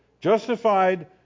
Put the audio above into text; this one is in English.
Justified